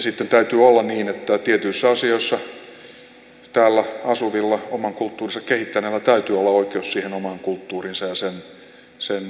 sitten täytyy olla niin että tietyissä asioissa täällä asuvilla oman kulttuurinsa kehittäneillä täytyy olla oikeus siihen omaan kulttuuriinsa ja sen harrastamiseen